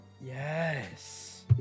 Yes